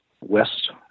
west